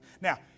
Now